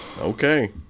Okay